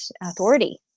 authority